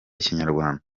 ikinyarwanda